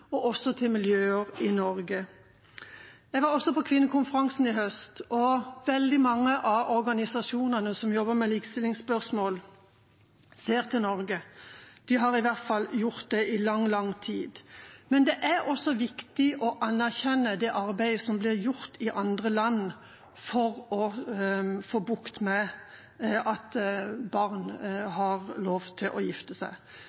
og også til miljøer i Norge. Jeg var også på kvinnekonferansen i høst, og veldig mange av organisasjonene som jobber med likestillingsspørsmål, ser til Norge. De har i hvert fall gjort det i lang, lang tid. Men det er også viktig å anerkjenne det arbeidet som blir gjort i andre land for å få bukt med at barn har lov til å gifte seg